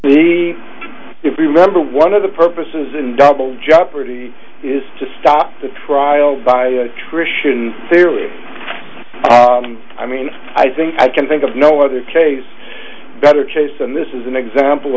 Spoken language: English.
we remember one of the purposes in double jeopardy is to stop the trial by attrition fairly i mean i think i can think of no other case better case and this is an example